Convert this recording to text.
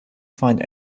find